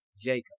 Jacob